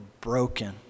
broken